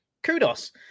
kudos